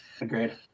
Agreed